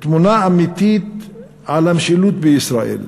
תמונה אמיתית על המשילות בישראל,